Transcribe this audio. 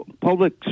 public